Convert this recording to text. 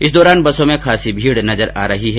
इस दौरान बसों में खासी भीड़ देखी जा रही है